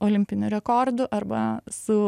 olimpiniu rekordu arba su